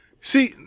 See